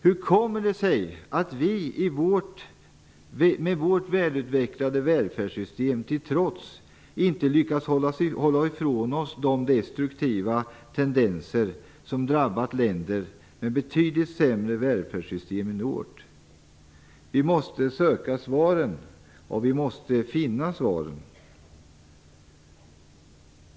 Hur kommer det sig att vi, vårt väl utvecklade välfärdssystem till trots, inte lyckats att hålla oss ifrån de destruktiva tendenser som drabbat länder med betydligt sämre välfärdssystem än vårt? Vi måste söka svar och vi måste finna svaren.